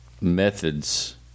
methods